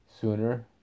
sooner